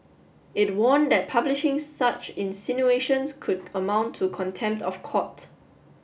it warned that publishing such insinuations could amount to contempt of court